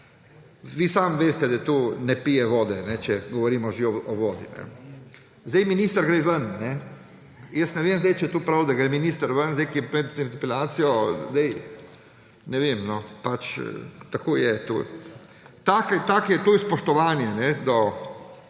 Vi sami veste, da to ne pije vode, če govorimo že o vodi. Minister gre ven. Jaz ne vem, če je to prav, da gre minister ven, ko je med interpelacijo, ne vem, pač tako je to. Tako je tudi spoštovanje do